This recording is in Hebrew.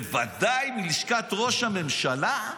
בוודאי מלשכת ראש הממשלה,